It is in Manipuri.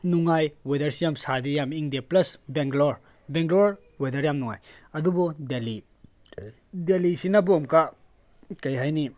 ꯅꯨꯡꯉꯥꯏ ꯋꯦꯗꯔꯁꯤ ꯌꯥꯝ ꯁꯥꯗꯦ ꯌꯥꯝ ꯏꯪꯗꯦ ꯄ꯭ꯂꯁ ꯕꯦꯡꯒ꯭ꯂꯣꯔ ꯕꯦꯡꯒ꯭ꯂꯣꯔ ꯋꯦꯗꯔ ꯌꯥꯝ ꯅꯨꯡꯉꯥꯏ ꯑꯗꯨꯕꯨ ꯗꯦꯜꯂꯤ ꯗꯦꯜꯂꯤꯁꯤꯅꯕꯨ ꯑꯃꯨꯛꯀ ꯀꯔꯤ ꯍꯥꯏꯅꯤ